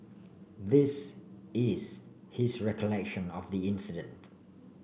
this is his recollection of the incident